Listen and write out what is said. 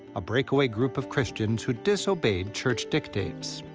a break-away group of christians who disobeyed church dictates.